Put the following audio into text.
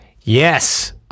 Yes